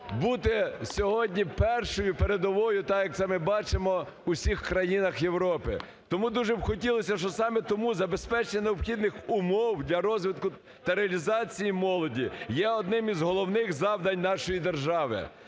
бути сьогодні першою, передовою, так, як це ми бачимо у всіх країнах Європи. Тому дуже хотілось би, щоб саме тому забезпечення необхідних умов для розвитку та реалізації молоді є одним із головних завдань нашої держави.